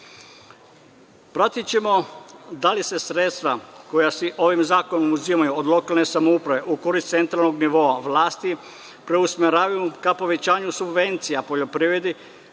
Pratićemo da li se sredstva koja se ovim zakonom uzimaju od lokalne samouprave u korist centralnog nivoa vlasti preusmeravaju ka povećanju subvencija poljoprivredi,